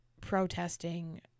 protesting